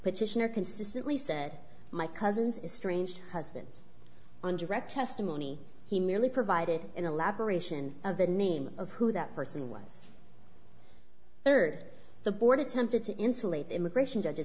petitioner consistently said my cousin's is strange husband on direct testimony he merely provided an elaboration of the name of who that person was third the board attempted to insulate immigration judge